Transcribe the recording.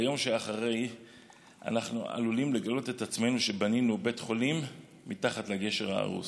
ביום שאחרי אנחנו עלולים לגלות שבנינו בית חולים מתחת לגשר ההרוס.